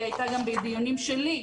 היא הייתה גם בדיונים שלי,